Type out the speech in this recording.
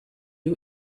you